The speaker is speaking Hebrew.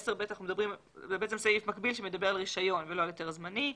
סעיף 10ב הוא סעיף מקביל שמדבר על רישיון ולא על היתר זמני.